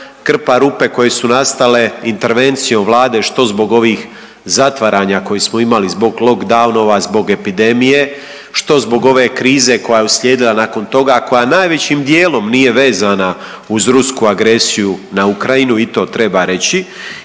krpa rupe koje su nastale intervencijom Vlade što zbog ovih zatvaranja koje smo imali zbog lock-downova zbog epidemije, što zbog ove krize koja je uslijedila nakon toga koja najvećim dijelom nije vezana uz rusku agresiju na Ukrajinu i to treba reći.